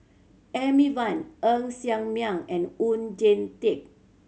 Amy Van Ng Ser Miang and Oon Jin Teik